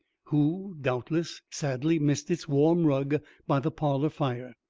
who, doubtless, sadly missed its warm rug by the parlour fire.